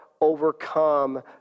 overcome